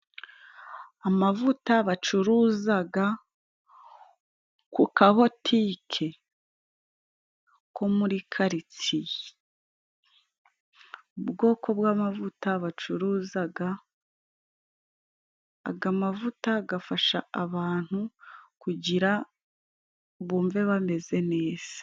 Amavuta bacuruza kuka botike, ko muriritsiye, ubwoko bw'amavuta bacuruza aya mavuta afasha abantu kugira bumve bameze neza.